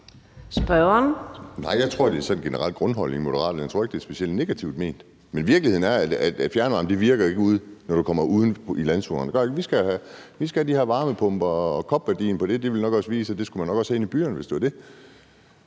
(NB): Nej, jeg tror, det er sådan en generel grundholdning, Moderaterne har – jeg tror ikke, det er specielt negativt ment. Men virkeligheden er, at fjernvarme ikke virker, når du kommer ud i landzonerne. Nej, vi skal have de her varmepumper, og COP-værdien på det vil nok også vise, at det skulle man nok også have inde byerne, hvis det kom til